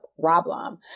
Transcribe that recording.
problem